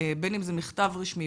בין אם זה מכתב רשמי,